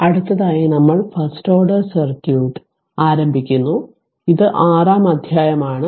അടുത്തതായി നമ്മൾ first order circuit ആരംഭിക്കുന്നു ഇത് ആറാം അധ്യായം ആണ്